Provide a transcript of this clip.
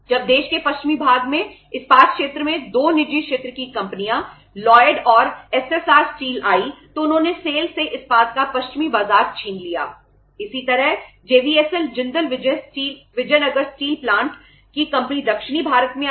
जब देश के पश्चिमी भाग में इस्पात क्षेत्र में 2 निजी क्षेत्र की कंपनियां लॉयड घटकर केवल 50 या 60 रह गई